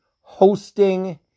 hosting